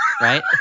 right